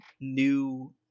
new